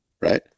right